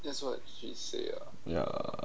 ya